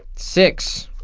six